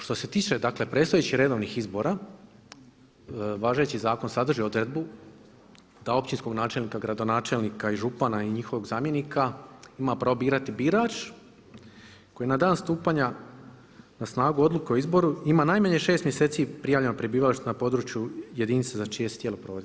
Što se tiče predstojećih redovnih izbora važeći zakon sadrži odredbu da općinskog načelnika, gradonačelnika i župana i njihovog zamjenika ima pravo birati birač koji na dan stupanja na snagu odluke o izboru ima najmanje šest mjeseci prijavljeno prebivalište na području jedinice za čije se tijelo provodi.